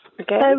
Okay